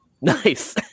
Nice